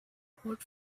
hot